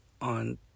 on